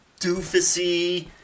doofusy